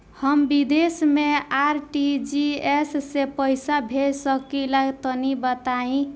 हम विदेस मे आर.टी.जी.एस से पईसा भेज सकिला तनि बताई?